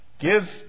give